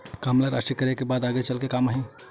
का हमला राशि करे के बाद आगे चल के काम आही?